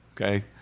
Okay